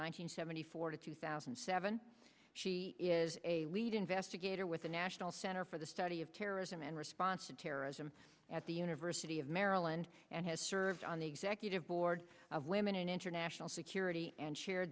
hundred seventy four to two thousand and seven she is a lead investigator with the national center for the study of terrorism and response to terrorism at the university of maryland and has served on the executive board of women in international security and share